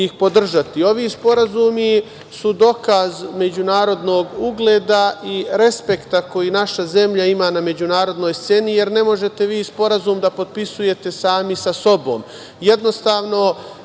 sporazumi su dokaz međunarodnog ugleda i respekta koji naša zemlja ima na međunarodnoj sceni, jer ne možete vi sporazum da potpisujete sami sa sobom.